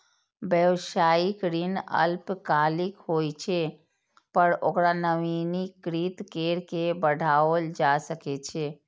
व्यावसायिक ऋण अल्पकालिक होइ छै, पर ओकरा नवीनीकृत कैर के बढ़ाओल जा सकै छै